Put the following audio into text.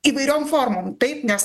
įvairiom formom taip nes